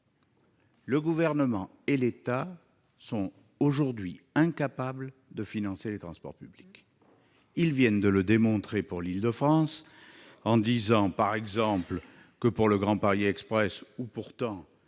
Le Gouvernement et l'État sont aujourd'hui incapables de financer les transports publics. Ils viennent de le démontrer pour l'Île-de-France, en décidant, par exemple, pour le déploiement du Grand